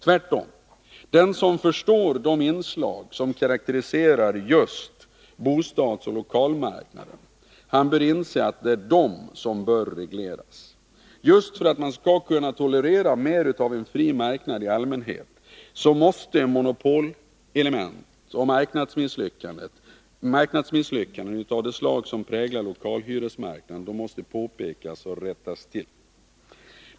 Tvärtom — den som förstår de inslag som karakteriserar just bostadsoch lokalmarknaden bör inse att det är de som bör regleras. Just för att man skall kunna tolerera mer av en fri marknad i allmänhet måste monopolelement och marknadsmisslyckanden av det slag som präglar lokalhyresmarknaden påpekas och rättas till.